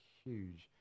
huge